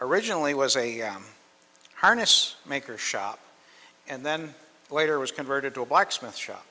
originally was a harness maker shop and then later was converted to a blacksmith sho